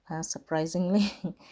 surprisingly